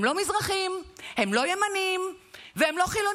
הם לא מזרחים, הם לא ימנים והם לא חילונים.